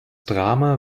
drama